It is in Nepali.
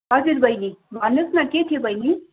हजुर बहिनी भन्नु होस् न के थियो बहिनी